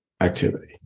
activity